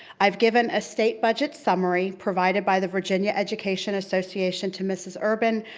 i've given a state budget summary, provided by the virginia education association, to mrs. urban,